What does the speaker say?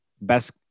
best